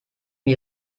wir